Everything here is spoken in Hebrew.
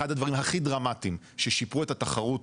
אחד הדברים הכי דרמטיים ששיפרו את התחרות